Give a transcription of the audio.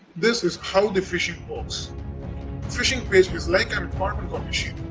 this is how the phishing works phishing page is like an carbon copy sheet,